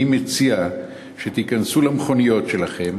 אני מציע שתיכנסו למכוניות שלכם,